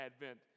advent